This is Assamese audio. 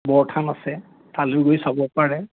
বৰথান আছে তালৈ গৈ চাব পাৰে